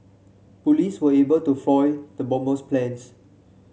police were able to foil the bomber's plans